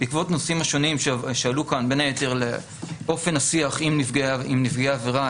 בעקבות הנושאים השונים שעלו כאן בין היתר לאופן השיח עם נפגעי עבירה,